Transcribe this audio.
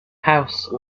house